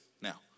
Now